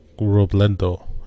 Robledo